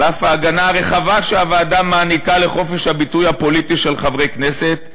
"על אף ההגנה הרחבה שהוועדה מעניקה לחופש הביטוי הפוליטי של חברי הכנסת,